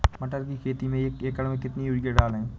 मटर की खेती में एक एकड़ में कितनी यूरिया डालें?